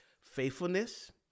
Faithfulness